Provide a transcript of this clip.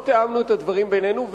לא תיאמנו את הדברים בינינו,